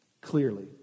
clearly